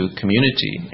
community